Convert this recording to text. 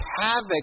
havoc